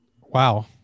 Wow